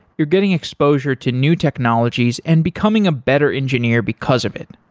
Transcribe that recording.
you're getting exposure to new technologies and becoming a better engineer because of it.